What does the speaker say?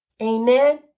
Amen